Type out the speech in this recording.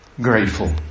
grateful